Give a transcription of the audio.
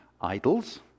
idols